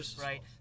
right